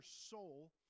soul